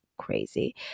crazy